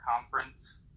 conference